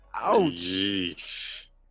Ouch